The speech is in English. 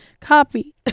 copy